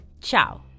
Ciao